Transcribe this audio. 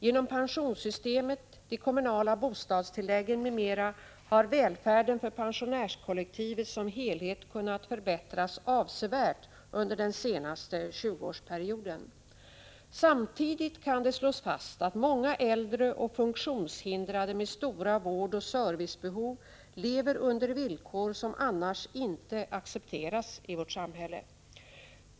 Genom pensionssystemet, de kommunala bostadstilläggen m.m. har välfärden för pensionärskollektivet som helhet kunnat förbättras avsevärt under den senaste 20-årsperioden. Samtidigt kan det slås fast att många äldre funktionshindrade med stora vårdoch servicebehov lever under villkor som annars inte accepteras i vårt samhälle.